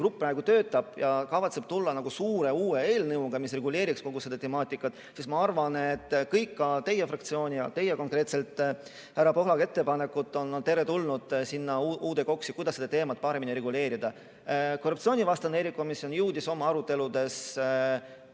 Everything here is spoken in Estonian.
praegu töötab ja kavatseb tulla välja suure uue eelnõuga, mis reguleeriks kogu seda temaatikat, siis ma arvan, et kõik, ka teie fraktsiooni ettepanekud ja konkreetselt, härra Pohlak, teie ettepanekud on teretulnud sinna uude KOKS-i, selleks et seda teemat paremini reguleerida. Korruptsioonivastane erikomisjon jõudis oma aruteludes